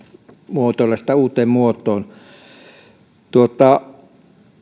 muotoilla sitä uuteen muotoon on